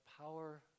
power